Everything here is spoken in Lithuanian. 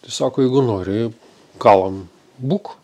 tai sako jeigu nori kalam būk